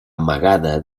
amagada